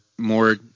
More